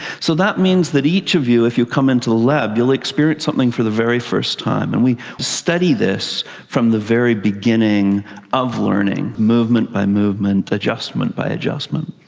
so that means that each of you, if you come into the lab, you'll experience something for the very first time, and we study this from the very beginning of learning, movement by movement, adjustment by adjustment.